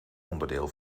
onderdeel